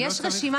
גברתי,